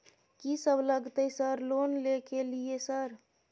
कि सब लगतै सर लोन ले के लिए सर?